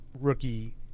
rookie